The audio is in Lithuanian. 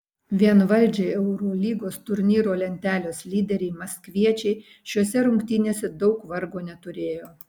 vienvaldžiai eurolygos turnyro lentelės lyderiai maskviečiai šiose rungtynėse daug vargo neturėjo